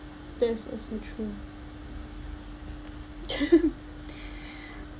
that's also true